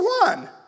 one